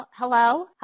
Hello